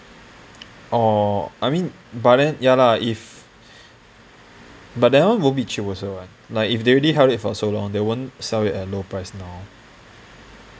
oh I mean but then ya lah if but that one won't be cheap also what like if they already held it for so long they won't sell at low price now